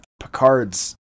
Picard's